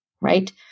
right